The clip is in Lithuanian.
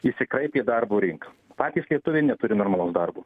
išsikraipė darbo rinka patys lietuviai neturi normalaus darbo